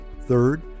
Third